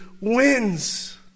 wins